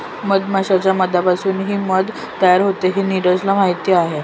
मधमाश्यांच्या मधापासूनही मध तयार होते हे नीरजला माहीत आहे